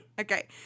Okay